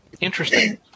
interesting